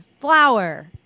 flower